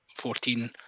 14